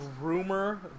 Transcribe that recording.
rumor